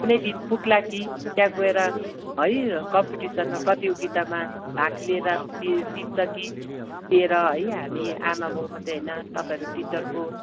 कुनै दिन पुग्ला कि त्यहाँ गएर है कम्पिटिसनमा प्रतियोगितामा भाग लिएर लिन्छ कि लिएर है हामी आमा बाउ मात्रै भएन तपाईँहरू टिचरको